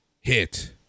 hit